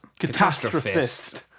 Catastrophist